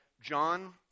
John